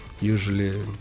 Usually